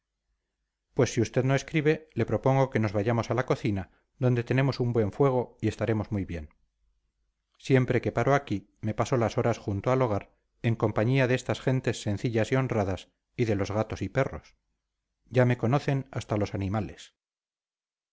pues si usted no escribe le propongo que nos vayamos a la cocina donde tenemos un buen fuego y estaremos muy bien siempre que paro aquí me paso las horas junto al hogar en compañía de estas gentes sencillas y honradas y de los gatos y perros ya me conocen hasta los animales